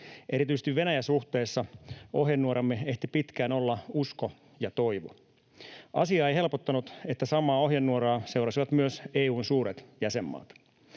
Erityisesti Venäjä-suhteessa ohjenuoramme ehti pitkään olla usko ja toivo. Asiaa ei helpottanut, että samaa ohjenuoraa seurasivat myös EU:n suuret jäsenmaat.